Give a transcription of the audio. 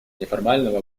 неформального